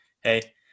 hey